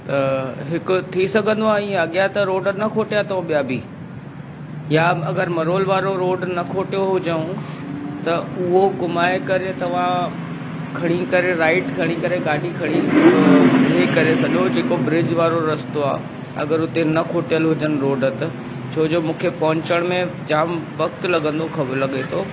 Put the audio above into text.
त हिकु थी सघंदो आहे ईअं अॻियां त रोड न खोटिया अथऊं ॿिया बि या अगरि मरोल वारो रोड न खोटियो हुजऊं त उहो घुमाए करे तव्हां खणी करे राइट खणी करे गाॾी खणी हीअ करे सॼो जेको ब्रिज वारो रस्तो आहे अगरि हुते न खुटियल हुजनि रोड त छोजो मूंखे पहुचण में जाम वक़्तु लॻंदो लॻे थो